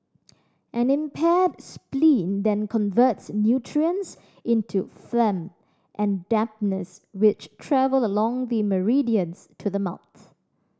an impaired spleen then converts nutrients into phlegm and dampness which travel along the meridians to the mouth